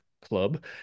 club